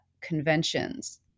conventions